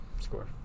score